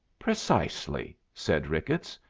precisely, said ricketts,